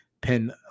pin